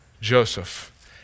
Joseph